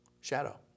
Shadow